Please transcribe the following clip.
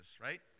Right